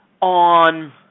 on